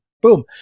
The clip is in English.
Boom